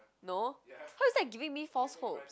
no how is that giving me false hope